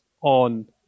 on